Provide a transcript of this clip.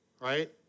right